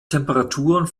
temperaturen